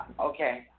okay